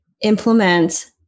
implement